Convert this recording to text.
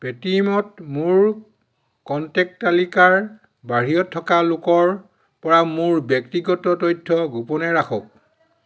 পে'টিএমত মোৰ কণ্টেক্ট তালিকাৰ বাহিৰত থকা লোকৰ পৰা মোৰ ব্যক্তিগত তথ্য গোপনে ৰাখক